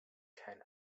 kein